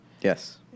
Yes